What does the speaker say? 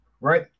right